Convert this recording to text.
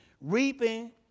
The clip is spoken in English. reaping